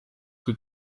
que